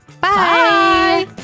Bye